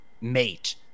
mate